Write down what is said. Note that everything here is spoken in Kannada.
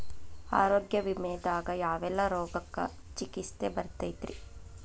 ಆರೋಗ್ಯ ವಿಮೆದಾಗ ಯಾವೆಲ್ಲ ರೋಗಕ್ಕ ಚಿಕಿತ್ಸಿ ಬರ್ತೈತ್ರಿ?